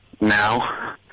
Now